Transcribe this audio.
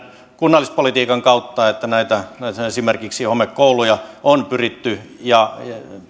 kunnallispolitiikan kautta että esimerkiksi näitä homekouluja on pyritty